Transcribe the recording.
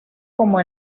como